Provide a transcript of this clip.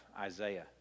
Isaiah